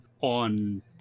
on